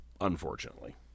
unfortunately